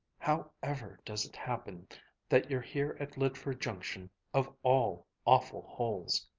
how ever does it happen that you're here at lydford junction of all awful holes?